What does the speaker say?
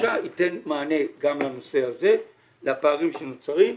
החדשה ייתן מענה גם לנושא הזה, לפערים שנוצרים,